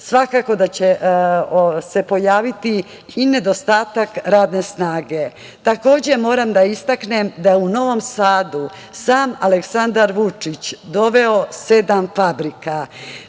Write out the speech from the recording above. svakako da će se pojaviti i nedostatak radne snage. Takođe, moram da istaknem da je u Novom Sadu sam Aleksandar Vučić doveo sedam fabrika. Takođe,